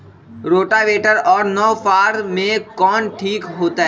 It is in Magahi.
रोटावेटर और नौ फ़ार में कौन ठीक होतै?